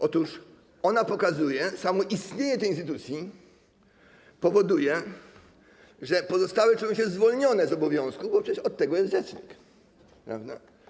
Otóż to pokazuje, samo istnienie tej instytucji powoduje, że pozostałe czują się zwolnione z obowiązku, bo przecież od tego jest rzecznik, prawda?